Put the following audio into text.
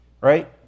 right